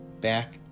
back